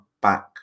back